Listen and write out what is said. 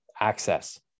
access